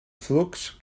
flux